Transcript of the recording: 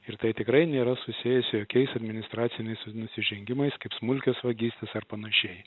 ir tai tikrai nėra susiję su jokiais administraciniais nusižengimais kaip smulkios vagystės ar panašiai